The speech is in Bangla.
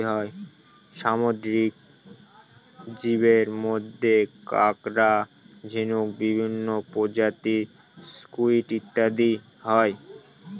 সামুদ্রিক জীবের মধ্যে কাঁকড়া, ঝিনুক, বিভিন্ন প্রজাতির স্কুইড ইত্যাদি হয়